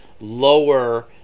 lower